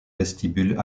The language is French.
vestibule